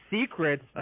secrets